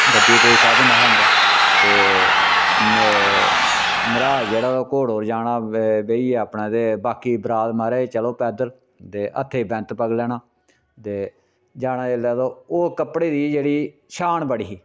गड्डी दा कोई साधन निहा होंदा ते मरहाज जेह्ड़ा घोड़ो र जाना बेहियै अपना ते बाकी बरात महाराज चलो पैदल ते हत्थे च बैंत पगड़ी लैना ते जाना जेल्लै ते ओह् कपड़े दी जेह्ड़ी शान बड़ी ही